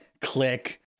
Click